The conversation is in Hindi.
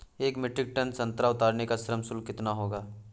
एक मीट्रिक टन संतरा उतारने का श्रम शुल्क कितना होगा?